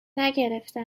نگرفته